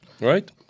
Right